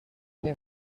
them